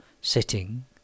sitting